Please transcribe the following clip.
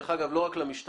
דרך אגב, לא רק למשטרה.